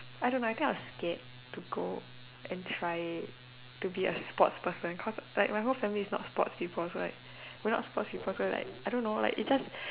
I don't know I think I was scared to go and try it to be a sportsperson because like my whole family is not sports people we are not sports people so like I don't know its just like